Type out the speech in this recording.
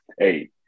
hey